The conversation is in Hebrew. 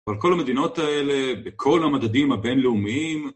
ועל כל המדינות האלה, בכל המדדים הבינלאומיים.